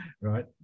right